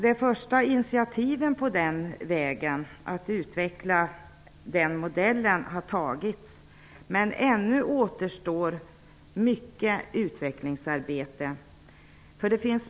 De första initiativen på vägen mot att utveckla den modellen har tagits, men ännu återstår mycket utvecklingsarbete.